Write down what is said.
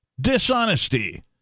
dishonesty